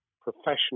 professional